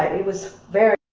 it was very